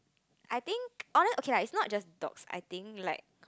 I think honour okay lah it's not just dogs I think like